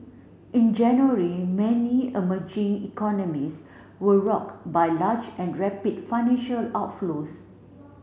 in January many emerging economies were rocked by large and rapid financial outflows